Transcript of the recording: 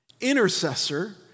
intercessor